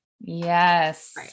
Yes